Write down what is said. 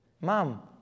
Mom